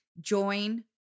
join